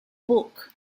book